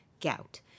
gout